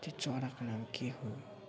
त्यो चराको नाम के हो